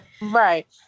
Right